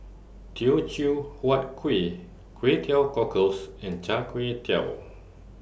Teochew Huat Kuih Kway Teow Cockles and Char Kway Teow